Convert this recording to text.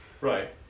right